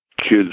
kids